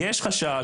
יש חשש,